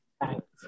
Thanks